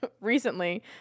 recently